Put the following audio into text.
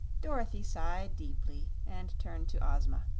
dorothy sighed deeply and turned to ozma.